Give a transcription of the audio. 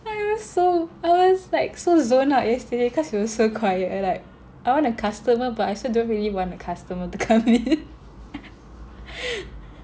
I was so I was like so zoned out yesterday cause it was so quiet I like I want a customer but I also don't really want a customer to come in